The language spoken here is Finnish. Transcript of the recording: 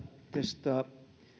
testaa